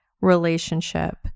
relationship